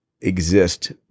exist